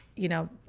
you know,